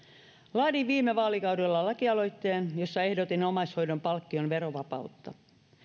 laadin viime vaalikaudella lakialoitteen jossa ehdotin omaishoidon palkkion verovapautta